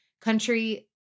country